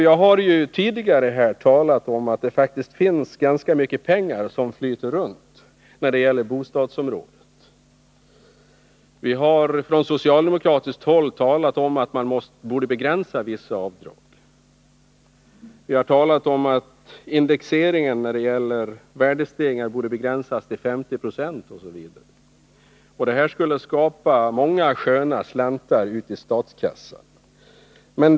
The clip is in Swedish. Jag har tidigare talat om att ganska mycket pengar så att säga flyter runt på bostadsområdet. Vi har från socialdemokratiskt håll framhållit att vissa avdrag borde begränsas och att indexeringen när det gäller värdestegringar borde begränsas till 50 26 osv. Det skulle bli många sköna slantar till statskassan.